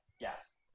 yes